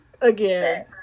again